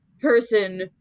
person